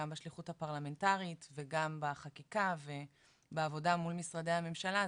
גם בשליחות הפרלמנטרית וגם בחקיקה ובעבודה מול משרדי הממשלה,